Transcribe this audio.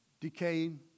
Decaying